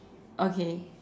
okay